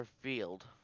field